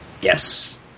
Yes